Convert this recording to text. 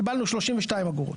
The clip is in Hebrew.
קיבלנו 32 אגורות.